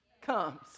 comes